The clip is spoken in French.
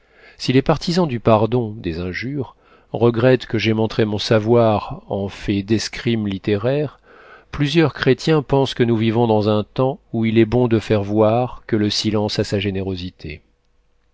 si les partisans du pardon des injures regrettent que j'aie montré mon savoir en fait d'escrime littéraire plusieurs chrétiens pensent que nous vivons dans un temps où il est bon de faire voir que le silence a sa générosité